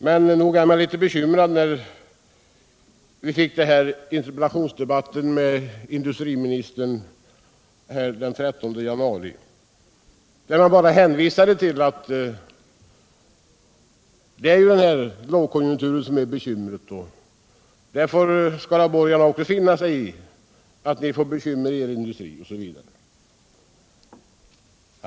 Men nog var vi bekymrade när vi fick interpellationsdebatten med industriministern den 13 januari och han där bara hänvisade till att det är lågkonjunkturen som är orsaken till bekymren och menade att också skaraborgarna får finna sig i att få bekymmer med sin industri.